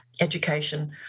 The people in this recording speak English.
education